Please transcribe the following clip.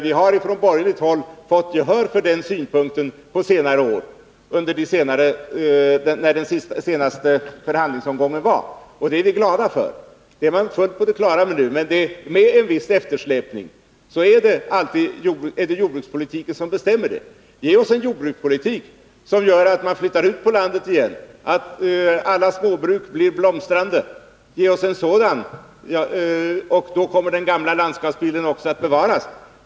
Vi har från borgerligt håll fått gehör för den synpunkten under den senaste förhandlingsomgången, och det är vi glada för. Man är nu fullt på det klara med att jordbrukspolitiken — med en viss eftersläpning — bestämmer landskapsbildens utseende. Ge oss en jordbrukspolitik som gör att man återigen flyttar ut på landet och frågor att alla småbruk blir blomstrande — då kommer den gamla landskapsbilden också att bevaras!